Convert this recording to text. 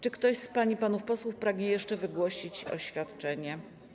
Czy ktoś z pań i panów posłów pragnie jeszcze wygłosić oświadczenie?